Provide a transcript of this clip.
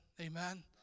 Amen